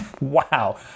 Wow